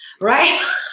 Right